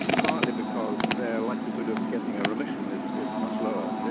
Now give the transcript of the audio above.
partly because their likelihood of getting a remission is is much lower.